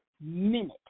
minute